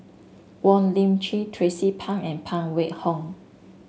Wong Lip Chin Tracie Pang and Phan Wait Hong